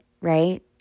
right